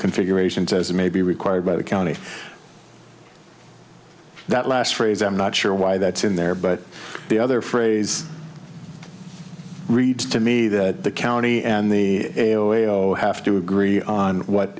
configurations as may be required by the county that last phrase i'm not sure why that's in there but the other phrase reads to me that the county and the have to agree on what